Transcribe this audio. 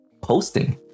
posting